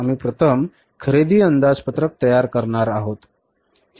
आम्ही प्रथम खरेदी अंदाजपत्रक तयार करणार आहोत